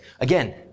Again